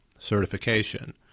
Certification